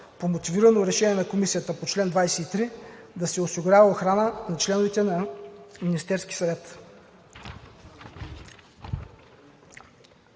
по мотивирано решение на Комисията по чл. 23 да се осигурява охрана и на членовете на Министерския съвет.